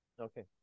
Okay